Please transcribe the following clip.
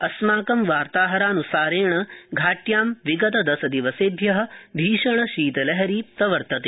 अस्माकं वार्ताहरान्सारेण घाट्यां विगत दशदिवसेभ्य भीषण शीतलहरी वर्तते